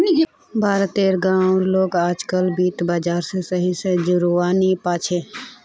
भारत तेर गांव उर लोग आजतक वित्त बाजार से सही से जुड़ा वा नहीं पा छे